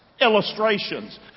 Illustrations